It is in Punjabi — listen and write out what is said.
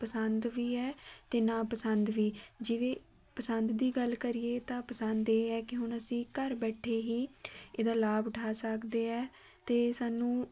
ਪਸੰਦ ਵੀ ਹੈ ਅਤੇ ਨਾ ਪਸੰਦ ਵੀ ਜਿਵੇਂ ਪਸੰਦ ਦੀ ਗੱਲ ਕਰੀਏ ਤਾਂ ਪਸੰਦ ਇਹ ਹੈ ਕਿ ਹੁਣ ਅਸੀਂ ਘਰ ਬੈਠੇ ਹੀ ਇਹਦਾ ਲਾਭ ਉਠਾ ਸਕਦੇ ਹੈ ਅਤੇ ਸਾਨੂੰ